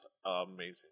Amazing